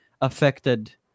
affected